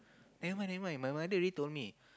never mind never mind my mother already told me